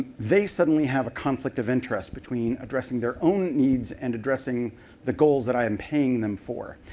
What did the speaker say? they suddenly have a conflict of interest between addressing their own needs and addressing the goals that i am paying them for.